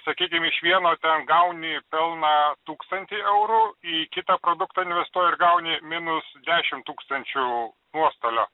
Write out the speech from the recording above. sakykim iš vieno ten gauni pelną tūkstantį eurų į kitą produktą investuoji ir gauni minus dešim tūkstančių nuostolio